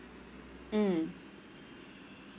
mm